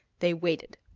they waited.